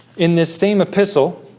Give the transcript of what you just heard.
in this same epistle